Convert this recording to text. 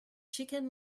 chicken